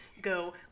go